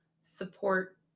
support